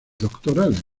doctorales